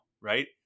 right